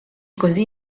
così